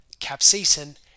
capsaicin